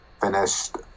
finished